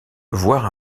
voire